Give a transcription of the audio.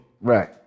right